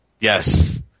Yes